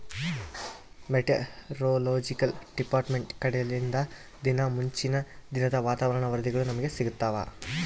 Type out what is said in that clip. meteorological department ಕಡೆಲಿಂದ ದಿನಾ ಮುಂಚಿನ ದಿನದ ವಾತಾವರಣ ವರದಿಗಳು ನಮ್ಗೆ ಸಿಗುತ್ತವ